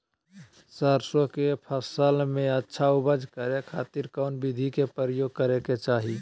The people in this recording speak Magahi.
सरसों के फसल में अच्छा उपज करे खातिर कौन विधि के प्रयोग करे के चाही?